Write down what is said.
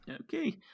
Okay